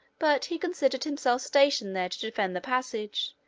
but he considered himself stationed there to defend the passage,